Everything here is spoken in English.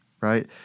right